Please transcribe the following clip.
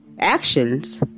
Actions